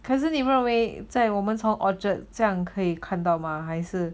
可是你不认为在我们从 orchard 这样可以看到吗还是